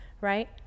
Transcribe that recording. right